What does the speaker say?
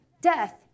death